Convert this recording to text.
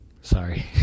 Sorry